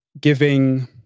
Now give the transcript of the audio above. giving